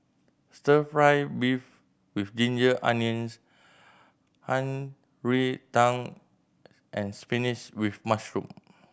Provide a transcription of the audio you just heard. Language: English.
Stir Fry beef with ginger onions Shan Rui Tang and spinach with mushroom